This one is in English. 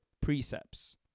precepts